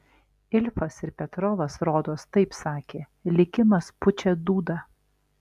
ilfas ir petrovas rodos taip sakė likimas pučia dūdą